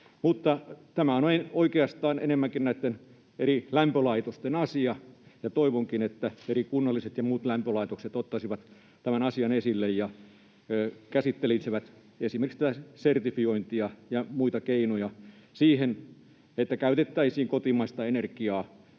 tämä on oikeastaan enemmänkin näitten eri lämpölaitosten asia, ja toivonkin, että eri kunnalliset ja muut lämpölaitokset ottaisivat tämän asian esille ja käsittelisivät esimerkiksi tätä sertifiointia ja muita keinoja siihen, että käytettäisiin kotimaista energiaa